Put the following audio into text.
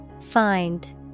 Find